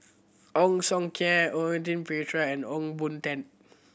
Ong Siong Kai Quentin Pereira and Ong Boon Tat